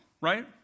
right